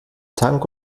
tank